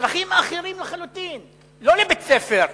לצרכים אחרים לחלוטין, לא לבית-ספר,